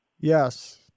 Yes